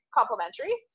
complementary